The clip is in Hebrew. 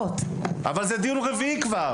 זה דיון רביעי כבר.